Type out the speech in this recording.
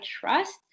trust